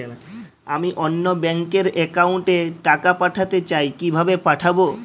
আমি অন্য ব্যাংক র অ্যাকাউন্ট এ টাকা পাঠাতে চাই কিভাবে পাঠাবো?